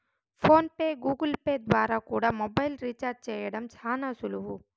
phone pay, Google Pay ద్వారా కూడా mobile recharge చేయడం శానా సులువు